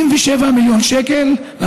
97 מיליון שקלים?